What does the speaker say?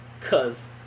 Cause